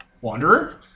Wanderer